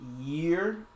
year